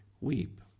weep